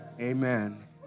Amen